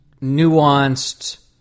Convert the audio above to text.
nuanced